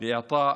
את לא היית פה.